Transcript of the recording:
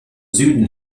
süden